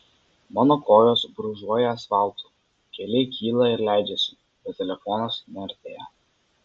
mano kojos brūžuoja asfaltu keliai kyla ir leidžiasi bet telefonas neartėja